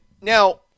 now